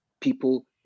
people